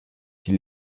die